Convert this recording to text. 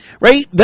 Right